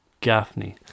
Gaffney